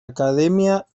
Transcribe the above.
academia